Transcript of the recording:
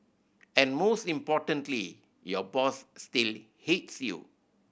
and most importantly your boss still hates you